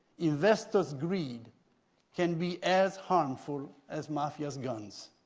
investors' greed can be as harmful as mafia's guns.